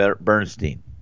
Bernstein